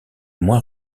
moins